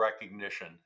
recognition